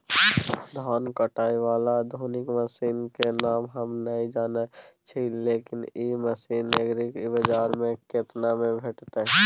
धान काटय बाला आधुनिक मसीन के नाम हम नय जानय छी, लेकिन इ मसीन एग्रीबाजार में केतना में भेटत?